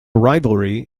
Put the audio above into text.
rivalry